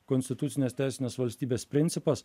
konstitucinės teisinės valstybės principas